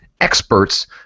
experts